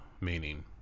meaning